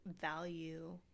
value